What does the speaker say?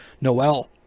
Noel